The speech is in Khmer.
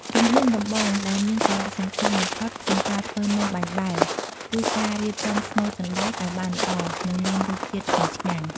ជំហានដំបូងដែលមានសារៈសំខាន់បំផុតក្នុងការធ្វើនំបាញ់បែវ គឺការរៀបចំស្នូលសណ្តែកឱ្យបានល្អ និងមានរសជាតិឈ្ងុយឆ្ងាញ់។